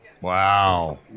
Wow